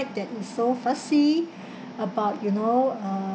that is so fussy about you know uh